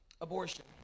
abortion